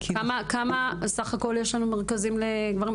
כמה סך הכול מרכזים יש לנו לגברים?